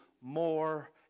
more